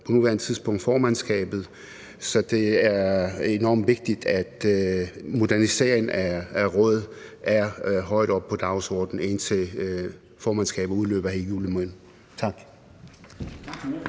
på nuværende tidspunkt formandskabet, så det er enormt vigtigt, at moderniseringen af rådet er højt oppe på dagsordenen, indtil formandskabet udløber i juli måned. Tak.